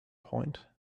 point